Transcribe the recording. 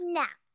now